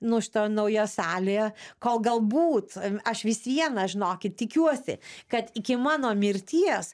nu šitoj naujoj salėje kol galbūt aš vis viena žinokit tikiuosi kad iki mano mirties